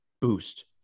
boost